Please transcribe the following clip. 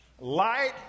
light